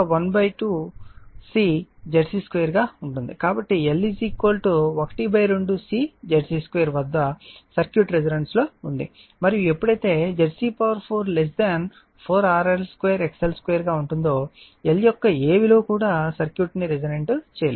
కాబట్టి అంటే L 12CZC 2 వద్ద సర్క్యూట్ రెసోనెన్స్ లో ఉంది మరియు ఎప్పుడైతే ZC4 4 RL 2 XL 2 గా ఉంటుందో L యొక్క ఏ విలువ కూడా సర్క్యూట్ ను రెసోనేట్ చేయలేదు